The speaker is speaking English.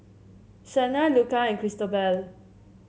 Shanna Luca and Cristobal